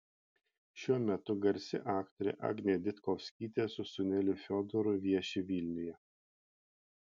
šiuo metu garsi aktorė agnė ditkovskytė su sūneliu fiodoru vieši vilniuje